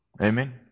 Amen